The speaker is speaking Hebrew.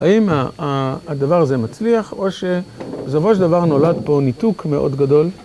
האם הדבר הזה מצליח, או שבסופו של דבר נולד פה ניתוק מאוד גדול?